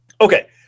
okay